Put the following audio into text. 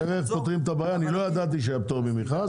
אני לא ידעתי שהיה פטור ממכרז.